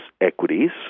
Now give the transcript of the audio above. equities